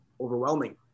overwhelming